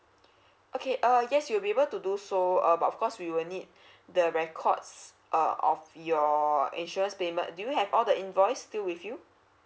okay uh yes you'll be able to do so uh but of course we will need the records uh of your insurance payment do you have all the invoice still with you